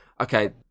okay